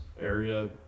area